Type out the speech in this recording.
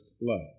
love